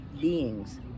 beings